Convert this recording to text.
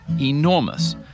enormous